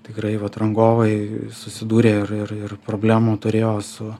tikrai vat rangovai susidūrė ir ir ir problemų turėjo su